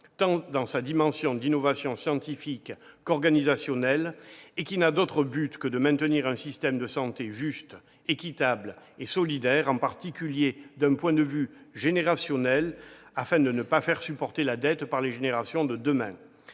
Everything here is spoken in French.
dans sa dimension d'innovation tant scientifique qu'organisationnelle et il n'a d'autre but que de maintenir un système de santé juste, équitable et solidaire, en particulier d'un point de vue générationnel afin de ne pas faire supporter la dette aux générations de demain.